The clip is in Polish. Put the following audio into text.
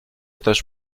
też